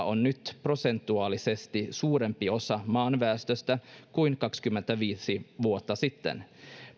on nyt prosentuaalisesti suurempi osa maan väestöstä kuin kaksikymmentäviisi vuotta sitten